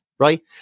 Right